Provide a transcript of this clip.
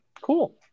Cool